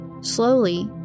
Slowly